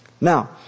Now